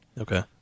Okay